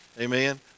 Amen